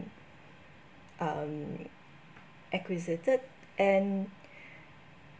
um acquisited and